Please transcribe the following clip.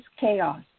chaos